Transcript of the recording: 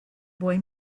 boy